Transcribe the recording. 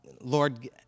Lord